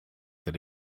that